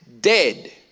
dead